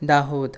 Dahod